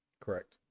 Correct